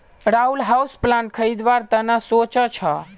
Rahul houseplant खरीदवार त न सो च छ